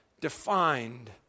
defined